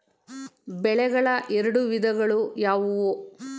ಬೆಳೆಗಳ ಎರಡು ವಿಧಗಳು ಯಾವುವು?